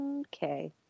Okay